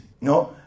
No